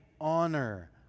honor